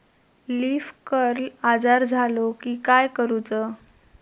Leaf curl आजार झालो की काय करूच?